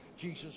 Jesus